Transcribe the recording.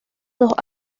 dos